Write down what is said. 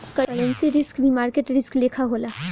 currency risk भी market risk लेखा होला